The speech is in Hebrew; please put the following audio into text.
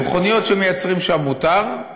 למכוניות שמייצרים שם, מותר,